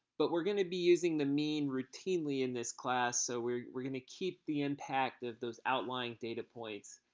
but we're going to be using the mean routinely in this class, so we're we're going to keep the impact of those outlying data points.